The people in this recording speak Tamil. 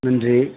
நன்றி